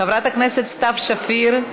חברת הכנסת סתיו שפיר,